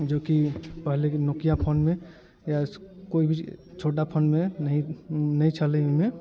जेकि पहले नोकिया फोनमे या कोइ भी छोटा फोनमे नहि ने छलै ओहिमे